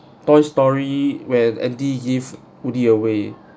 toy story when andy give woody away